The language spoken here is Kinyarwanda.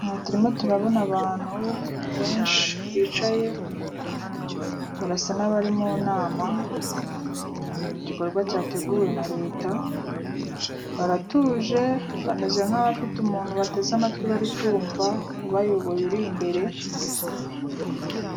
Aha turimo turabona abantu benshi, bicaye, barasa n'abari mu nama, mu gikorwa cyateguwe na Leta, baratuje, bameze nk'abafite umuntu bateze amatwi bari kumva, ubayoboye uri imbere,